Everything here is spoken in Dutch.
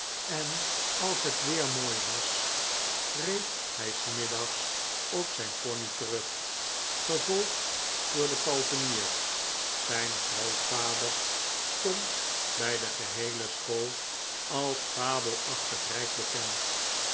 en als het weer mooi was reed hij smiddags op zijn pony terug gevold door den palfrenier zijn grootvader stond bij de geheele school als fabelachtig rijk bekend